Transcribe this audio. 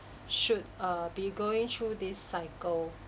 should err be going through this cycle